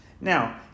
Now